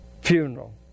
funeral